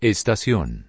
Estación